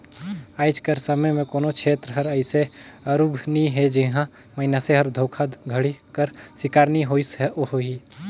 आएज कर समे में कोनो छेत्र हर अइसे आरूग नी हे जिहां मइनसे हर धोखाघड़ी कर सिकार नी होइस होही